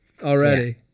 already